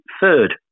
third